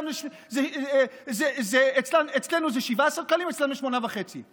אצלם זה 8.5 שקלים.